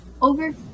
Over